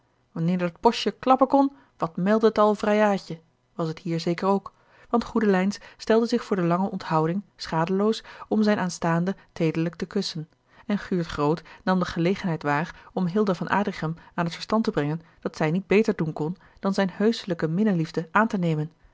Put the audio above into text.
wanneer dat boschje klappen kon wat meldde t al vrijaadje a l g bosboom-toussaint de delftsche wonderdokter eel was het hier zeker ook want goedelijns stelde zich voor de lange onthouding schadeloos om zijne aanstaande teederlijk te kussen en guurt groot nam de gelegenheid waar om hilda van adrichem aan het verstand te brengen dat zij niet beter doen kon dan zijne heuschelijke minneliefde aan te nemen